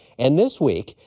and, this week,